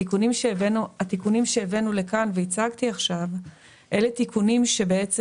התיקונים שהבאנו לכאן והצגתי עכשיו הם תיקונים שבעצם